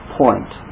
point